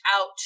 out